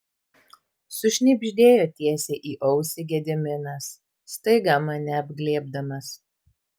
sušnibždėjo tiesiai į ausį gediminas staiga mane apglėbdamas